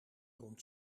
rond